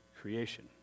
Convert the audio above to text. creation